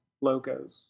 logos